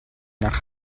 nach